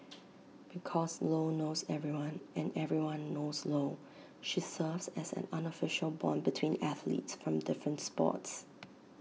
because lo knows everyone and everyone knows lo she serves as an unofficial Bond between athletes from different sports